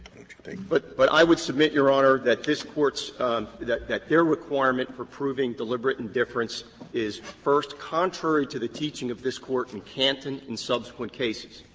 think? cooney but but i would submit, your honor, that this court's that that their requirement for proving deliberate indifference is, first, contrary to the teaching of this court in canton and subsequent cases.